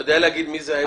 אתה יודע להגיד מי זה היו?